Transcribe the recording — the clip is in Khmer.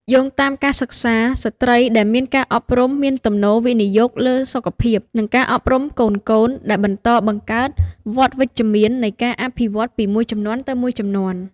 យោងតាមការសិក្សា ស្ត្រីដែលមានការអប់រំមានទំនោរវិនិយោគលើសុខភាព និងការអប់រំកូនៗ ដែលបន្តបង្កើតវដ្តវិជ្ជមាននៃការអភិវឌ្ឍន៍ពីមួយជំនាន់ទៅមួយជំនាន់។